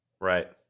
Right